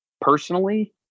personally